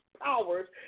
powers